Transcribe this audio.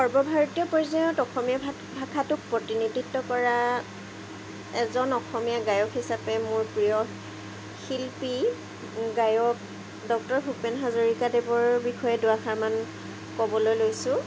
সৰ্বভাৰতীয় পৰ্য্য়ায়ত অসমীয়া ভা ভাষাটোক প্ৰতিনিধিত্ব কৰা এজন অসমীয়া গায়ক হিচাপে মোৰ প্ৰিয় শিল্পী গায়ক ডক্টৰ ভূপেন হাজৰিকা দেৱৰ বিষয়ে দুআষাৰমান ক'বলৈ লৈছোঁ